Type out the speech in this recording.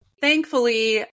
thankfully